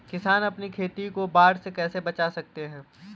किसान अपनी खेती को बाढ़ से कैसे बचा सकते हैं?